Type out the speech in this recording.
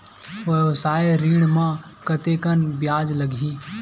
व्यवसाय ऋण म कतेकन ब्याज लगही?